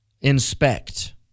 Inspect